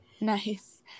Nice